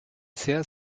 sehr